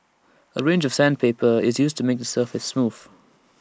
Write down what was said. A range of sandpaper is used to make the surface smooth